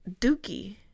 dookie